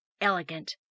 elegant